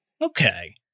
Okay